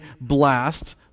blast